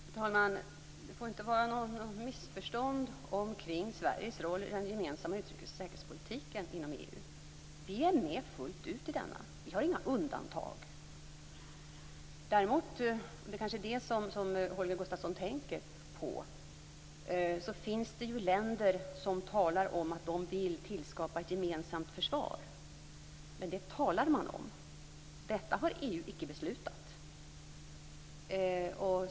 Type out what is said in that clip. Fru talman! Det får inte vara något missförstånd kring Sveriges roll i den gemensamma utrikes och säkerhetspolitiken inom EU. Vi är med fullt ut i denna. Vi har inga undantag. Däremot, och det är kanske det som Holger Gustafsson tänker på, finns det länder som talar om att de vill tillskapa ett gemensamt försvar men det talar man om; detta har EU icke beslutat.